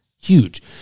Huge